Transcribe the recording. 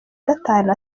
gatanu